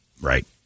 right